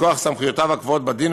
מכוח סמכויותיו הקבועות בדין,